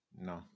No